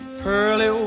pearly